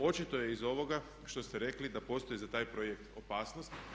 Očito je iz ovoga što ste rekli da postoji za taj projekt opasnost.